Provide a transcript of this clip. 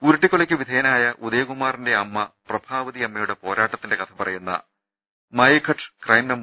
ഉരുട്ടിക്കൊലയ്ക്കു വിധേയനായ ഉദയകുമാറിന്റെ അമ്മ പ്രഭാവതിയമ്മയുടെ പോരാട്ടത്തിന്റെ കഥ പറയുന്ന മായി ഘട്ട് ക്രൈം നം